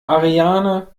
ariane